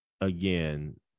again